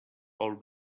all